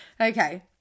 Okay